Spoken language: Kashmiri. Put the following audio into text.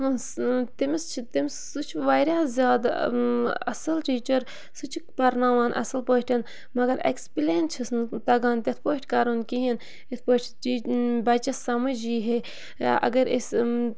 تٔمِس چھِ تٔمِس سُہ چھُ واریاہ زیادٕ اَصٕل ٹیٖچَر سُہ چھِ پَرناوان اَصٕل پٲٹھۍ مگر اٮ۪کٕسپٕلین چھِس نہٕ تَگان تِتھ پٲٹھۍ کَرُن کِہیٖنۍ اِتھ پٲٹھۍ ٹی بَچَس سَمٕجھ یی ہے اَگَر أسۍ